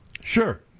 Sure